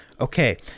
Okay